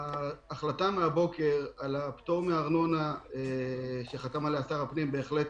ההחלטה מהבוקר על הפטור מארנונה שעליו חתם שר הפנים הוא בהחלט